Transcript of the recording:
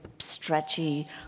stretchy